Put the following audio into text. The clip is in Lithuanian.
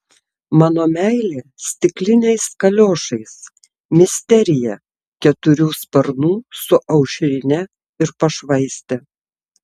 mano meilė stikliniais kaliošais misterija keturių sparnų su aušrine ir pašvaiste